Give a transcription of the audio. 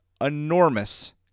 enormous